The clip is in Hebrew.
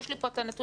יש לי את הנתונים.